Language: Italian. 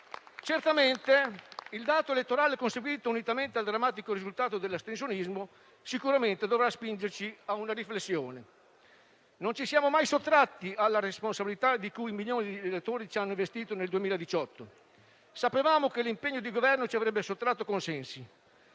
Certamente il dato elettorale conseguito, unitamente al drammatico risultato dell'astensionismo, dovrà spingerci a una riflessione. Non ci siamo mai sottratti alla responsabilità di cui milioni di elettori ci hanno investito nel 2018. Sapevamo che l'impegno di governo ci avrebbe sottratto consensi.